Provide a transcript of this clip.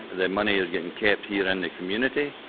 the money is getting kept here in the community,